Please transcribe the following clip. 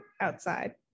outside